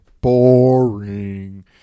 boring